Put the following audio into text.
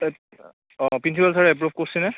অঁ প্ৰিঞ্চিপাল চাৰে এপ্ৰ'ভ কৰিছেনে